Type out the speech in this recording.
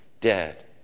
dead